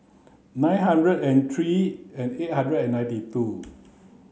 nine hundred and three and eight hundred and ninety two